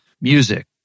Music